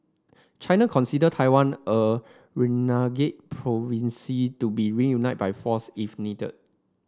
China consider Taiwan a renegade province to be reunited by force if needed